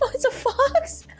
it's a fox.